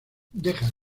deja